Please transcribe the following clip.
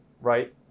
right